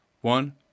One